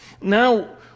Now